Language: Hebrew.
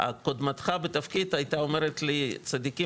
קודמתך בתפקיד הייתה אומרת לי "צדיקים,